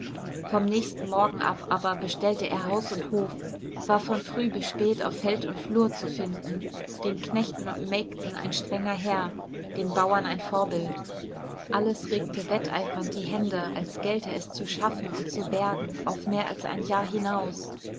vom nächsten morgen ab aber bestellte er haus und hof war von früh bis spät auf feld und flur zu finden den knechten und mägden ein strenger herr den bauern ein vorbild alles regte wetteifernd die hände als gelte es zu schaffen und zu bergen auf mehr als ein jahr hinaus